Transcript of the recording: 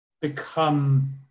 become